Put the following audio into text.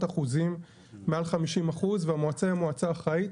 אחוזים, מעל 50% והמועצה היא מועצה אחראית